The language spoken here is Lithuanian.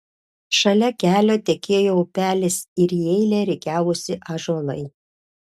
šalia kelio tekėjo upelis ir į eilę rikiavosi ąžuolai